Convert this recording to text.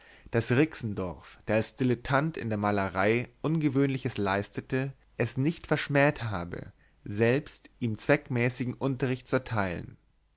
rixendorf der als dilettant in der malerei ungewöhnliches leiste es nicht verschmäht habe selbst ihm zweckmäßigen unterricht zu erteilen